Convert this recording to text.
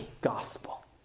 gospel